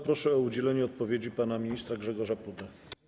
Proszę o udzielenie odpowiedzi pana ministra Grzegorza Pudę.